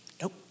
nope